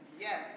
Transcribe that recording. yes